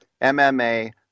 MMA